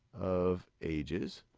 of ages,